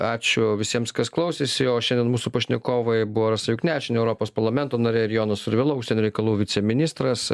ačiū visiems kas klausėsi o šiandien mūsų pašnekovai buvo rasa juknevičienė europos parlamento narė ir jonas survila užsienio reikalų viceministras